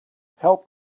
help